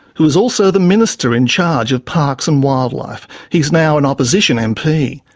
who was also the minister in charge of parks and wildlife. he's now an opposition mp.